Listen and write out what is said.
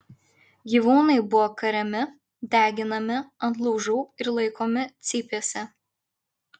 gyvūnai buvo kariami deginami ant laužų ir laikomi cypėse